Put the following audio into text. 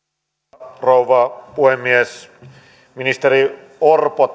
arvoisa rouva puhemies ministeri orpo